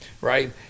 Right